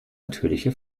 natürliche